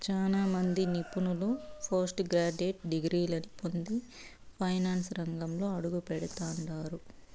సేనా మంది నిపుణులు పోస్టు గ్రాడ్యుయేట్ డిగ్రీలని పొంది ఫైనాన్సు రంగంలో అడుగుపెడతండారు